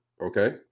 okay